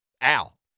Al